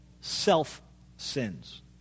self-sins